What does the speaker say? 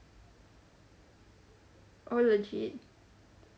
oh legit